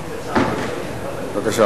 בבקשה,